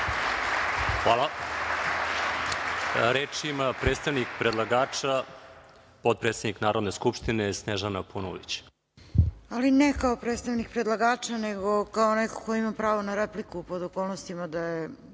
Hvala. Reč ima predstavnik predlagača potpredsednik Narodne skupštine Snežana Paunović. **Snežana Paunović** Ali ne kao predstavnik predlagača, nego kao neko ko ima pravo na repliku, pod okolnostima da je